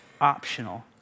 optional